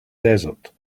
desert